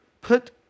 put